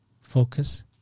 focus